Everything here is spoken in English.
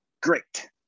Great